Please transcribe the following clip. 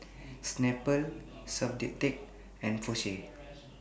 Snapple Soundteoh and Porsche